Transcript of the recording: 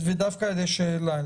ודווקא על ידי שאלה.